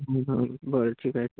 हं बरं ठीक आहे